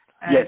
Yes